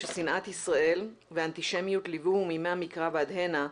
ששנאת ישראל ואנטישמיות ליווּהו מימי המקרא ועד הנה,